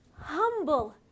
humble